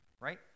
right